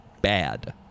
bad